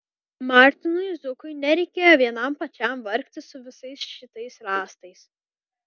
martinui zukui nereikėjo vienam pačiam vargti su visais šitais rąstais